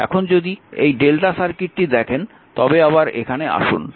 এখন যদি এই Δ সার্কিটটি দেখেন তবে আবার এখানে আসুন